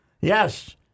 Yes